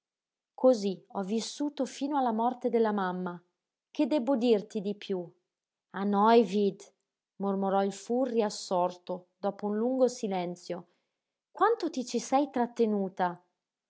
cosí ho vissuto fino alla morte della mamma che debbo dirti di piú a neuwied mormorò il furri assorto dopo un lungo silenzio quanto ti ci sei trattenuta